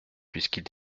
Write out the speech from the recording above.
puisqu’ils